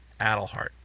Adelhart